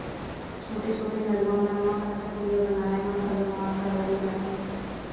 छोटे छोटे नरूवा मन म कच्चा पुलिया बनाए म घलौ बांस ल बउरे जाथे